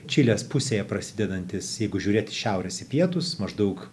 čilės pusėje prasidedantis jeigu žiūrėt į šiaurės į pietus maždaug